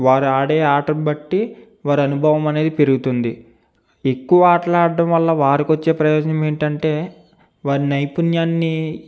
వారు ఆడే ఆటను బట్టి వారు అనుభవం అనేది పెరుగుతుంది ఎక్కువ మాట్లాడటం వల్ల వారికి వచ్చే ప్రయోజనం ఏంటంటే వారి నైపుణ్యాన్ని